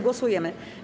Głosujemy.